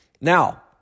Now